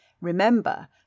Remember